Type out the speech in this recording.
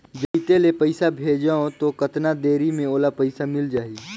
जब इत्ते ले पइसा भेजवं तो कतना देरी मे ओला पइसा मिल जाही?